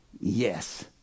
Yes